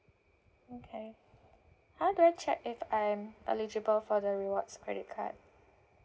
okay how do I check if I'm eligible for the rewards credit card